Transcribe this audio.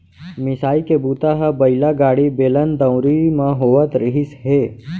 मिसाई के बूता ह बइला गाड़ी, बेलन, दउंरी म होवत रिहिस हे